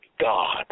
God